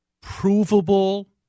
provable